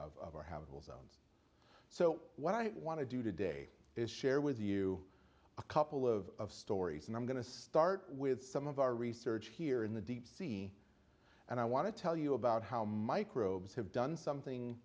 own so what i want to do today is share with you a couple of stories and i'm going to start with some of our research here in the deep sea and i want to tell you about how microbes have done something